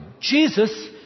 Jesus